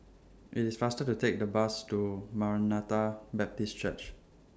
IT IS faster to Take The Bus to Maranatha Baptist Church